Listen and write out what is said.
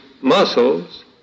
muscles